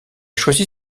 choisi